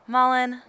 Mullen